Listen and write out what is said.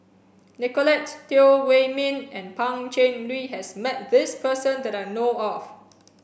Nicolette Teo Wei min and Pan Cheng Lui has met this person that I know of